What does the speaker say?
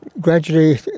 gradually